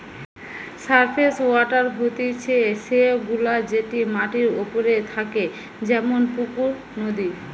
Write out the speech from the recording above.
surface water হতিছে সে গুলা যেটি মাটির ওপরে থাকে যেমন পুকুর, নদী